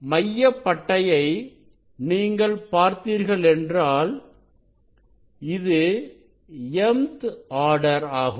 மைய பட்டையை நீங்கள் பார்த்தீர்கள் என்றால் இது mth ஆர்டர் ஆகும்